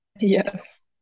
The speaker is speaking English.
yes